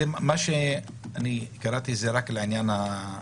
לפי מה שקראתי זה רק לעניין הערעורים,